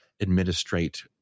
administrate